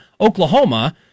Oklahoma